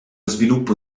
sviluppo